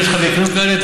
אם יש לך מקרים כאלה,